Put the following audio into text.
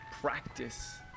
practice